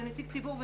ונציג ציבור,